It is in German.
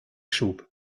schub